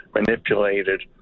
manipulated